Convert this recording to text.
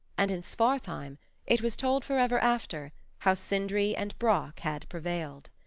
and in svartheim it was told forever after how sindri and brock had prevailed.